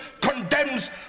condemns